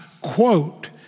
quote